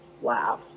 Wow